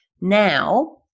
now